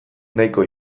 nahiko